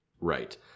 Right